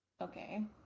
Okay